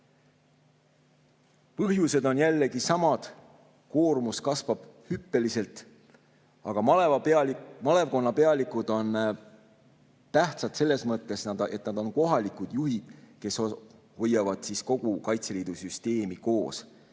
Põhjus on jällegi sama: koormus kasvab hüppeliselt. Malevkonna pealikud on tähtsad selles mõttes, et nad on kohalikud juhid, kes hoiavad kogu Kaitseliidu süsteemi koos.